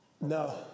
No